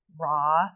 raw